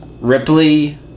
Ripley